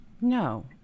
no